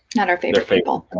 not our favorite people.